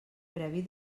previ